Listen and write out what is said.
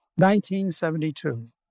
1972